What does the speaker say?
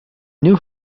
knew